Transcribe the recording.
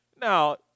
Now